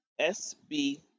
SB